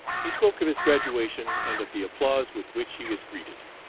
he spoke of his graduation and of the applause with which he was greeted.